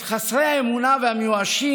את חסרי האמונה והמיואשים,